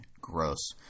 gross